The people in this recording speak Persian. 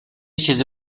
چیزی